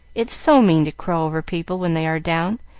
it's so mean to crow over people when they are down,